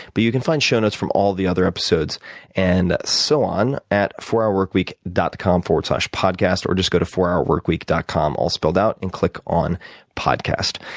but you can find show notes from all the other episodes and so on at fourhourworkweek dot com slash podcast or just go to fourhourworkweek dot com, all spelled out, and click on podcast.